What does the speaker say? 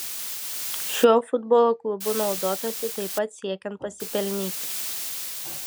šiuo futbolo klubu naudotasi taip pat siekiant pasipelnyti